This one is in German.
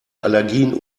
allergien